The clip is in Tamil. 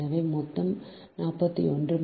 எனவே மொத்தம் 49 மற்றும் சக்தி 1 49